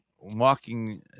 walking